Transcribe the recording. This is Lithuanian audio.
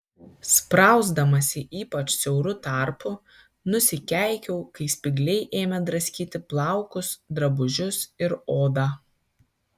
sprausdamasi ypač siauru tarpu nusikeikiau kai spygliai ėmė draskyti plaukus drabužius ir odą